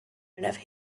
whenever